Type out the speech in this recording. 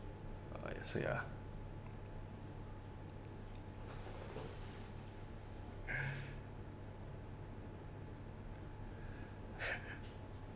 I see ah